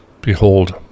behold